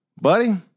Buddy